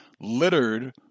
littered